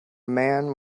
man